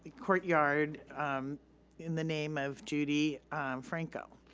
courtyard in the name of judy franco.